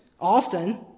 often